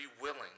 willing